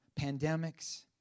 pandemics